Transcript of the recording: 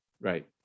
right